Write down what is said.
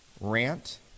rant